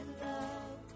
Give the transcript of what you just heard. love